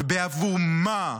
ובעבור מה?